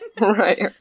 Right